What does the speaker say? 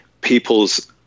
people's